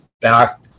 back